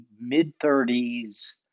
mid-30s